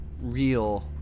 real